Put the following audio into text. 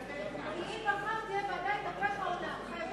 כי אם מחר תהיה ועדה יתהפך העולם,